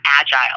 agile